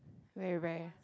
very rare